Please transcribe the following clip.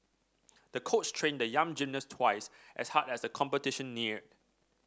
the coach trained the young gymnast twice as hard as the competition neared